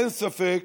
אין ספק